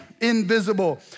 invisible